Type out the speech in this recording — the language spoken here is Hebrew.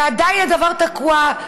ועדיין הדבר תקוע,